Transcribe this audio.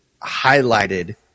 highlighted